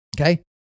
Okay